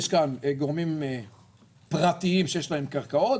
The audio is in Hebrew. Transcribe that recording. יש כאן גורמים פרטיים שיש להם קרקעות,